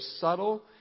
subtle